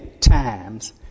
times